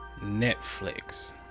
Netflix